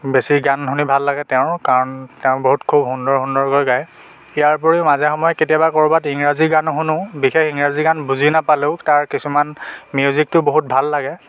বেছি গান শুনি ভাল লাগে তেওঁৰ কাৰণ তেওঁ বহুত খুউব সুন্দৰ সুন্দৰকৈ গায় ইয়াৰ উপৰিও মাজে সময়ে কেতিয়াবা ক'ৰবাত ইংৰাজী গানো শুনো বিশেষ ইংৰাজী গান বুজি নাপালেও তাৰ কিছুমান মিউজিকটো বহুত ভাল লাগে